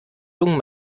lungen